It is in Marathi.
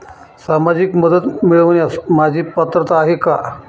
सामाजिक मदत मिळवण्यास माझी पात्रता आहे का?